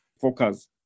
focus